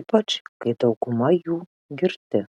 ypač kai dauguma jų girti